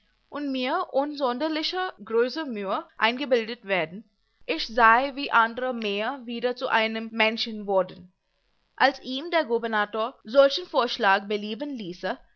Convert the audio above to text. und mir ohn sonderliche große mühe eingebildet werden ich sei wie andere mehr wieder zu einem menschen worden als ihm der gubernator solchen vorschlag belieben ließe